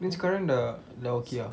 then sekarang dah dah okay ah